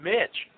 Mitch